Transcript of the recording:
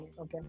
okay